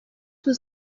was